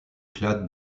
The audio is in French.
clade